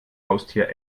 haustier